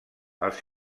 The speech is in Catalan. els